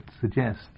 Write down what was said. suggest